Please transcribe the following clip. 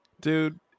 dude